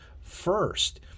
first